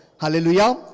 Hallelujah